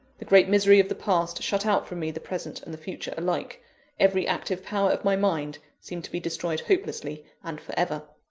the great misery of the past, shut out from me the present and the future alike every active power of my mind seemed to be destroyed hopelessly and for ever.